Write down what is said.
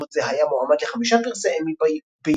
עיבוד זה היה מועמד לחמישה פרסי אמי ביום,